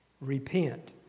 Repent